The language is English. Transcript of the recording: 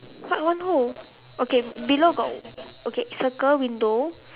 what one hole okay below got okay circle window